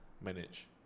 manage